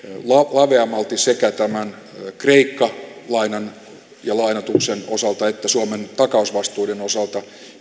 laveammalti sekä tämän kreikka lainan ja lainoituksen osalta että suomen takausvastuiden osalta